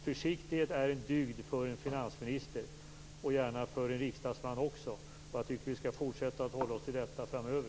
Försiktighet är en dygd för en finansminister, och gärna för en riksdagsman också. Jag tycker att vi skall fortsätta att hålla oss till det framöver.